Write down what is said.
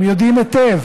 הם יודעים היטב